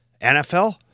NFL